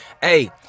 Hey